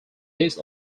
this